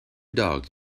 dogs